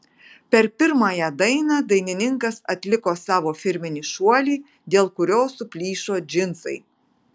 per pirmąją dainą dainininkas atliko savo firminį šuolį dėl kurio suplyšo džinsai